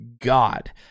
God